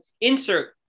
insert